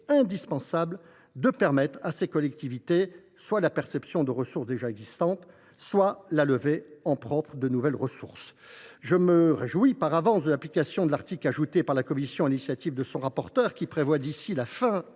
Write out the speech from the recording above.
indispensable de permettre à ces collectivités soit de percevoir des ressources déjà existantes, soit de lever en propre de nouvelles ressources. Je me réjouis par avance de l’application de l’article ajouté par la commission de l’aménagement du territoire et du